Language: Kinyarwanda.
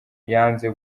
yanze